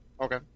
Okay